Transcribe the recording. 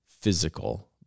physical